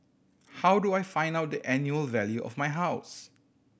how do I find out the annual value of my house